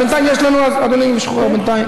אדוני משוחרר בינתיים.